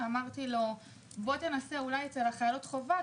הצעתי לו לשים את זה אצל חיילות החובה,